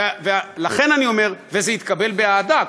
וזה התקבל באהדה,